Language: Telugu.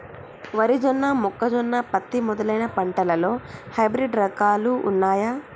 వరి జొన్న మొక్కజొన్న పత్తి మొదలైన పంటలలో హైబ్రిడ్ రకాలు ఉన్నయా?